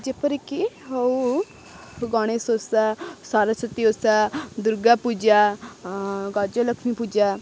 ଯେପରିକି ହଉ ଗଣେଶ ଓଷା ସରସ୍ଵତୀ ଓଷା ଦୁର୍ଗା ପୂଜା ଗଜଲକ୍ଷ୍ମୀ ପୂଜା